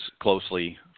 closely